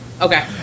Okay